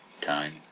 time